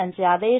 यांचे आदेश